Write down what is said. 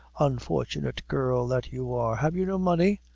unfortunate girl that you are, have you no money?